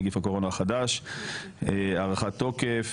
נגיף הקורונה החדש הארכת תוקף,